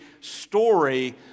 story